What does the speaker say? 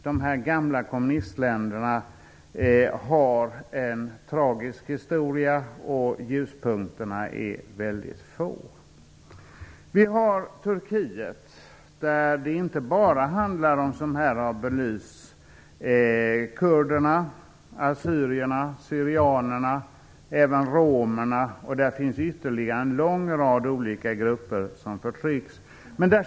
De gamla kommunistländerna har en tragisk historia, och ljuspunkterna är väldigt få. Vi har också Turkiet, där det inte bara handlar om kurderna, som här har belysts. Det handlar också om assyrier, syrianer och även romerna, och det finns ytterligare en lång rad olika grupper som förtrycks.